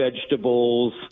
vegetables